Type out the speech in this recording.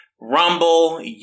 Rumble